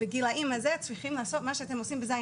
בגילאים האלה צריכים לעשות מה שאתם עושים ב-ז',